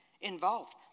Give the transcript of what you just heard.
involved